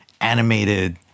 animated